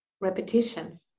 repetition